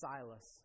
Silas